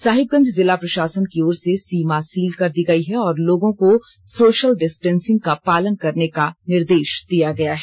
साहिबगंज जिला प्रशासन की ओर से सीमा सील कर दी गयी है और लोगों को सोशल डिस्टेंसिंग का पालन करने का निर्देष दिया गया है